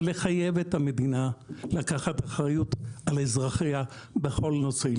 לחייב את המדינה לקחת אחריות על אזרחיה בכל נושא.